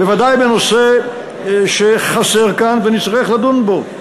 בוודאי בנושא שחסר כאן ונצטרך לדון בו,